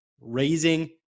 Raising